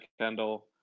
Kendall